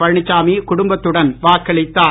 பழனிசாமி குடும்பத்துடன் வாக்களித்தார்